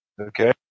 Okay